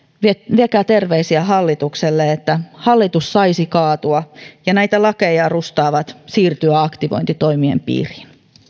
viekää terveisiä hallitukselle että hallitus saisi kaatua ja näitä lakeja rustaavat siirtyä aktivointitoimien piiriin